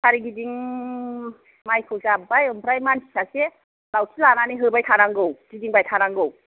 सारिगिदिं मायखौ जाबबाय आमफ्राय मानसि सासे लावथि लानानै होबाय थानांगौ गिदिंबाय थानांगौ